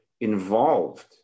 involved